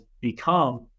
become